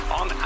on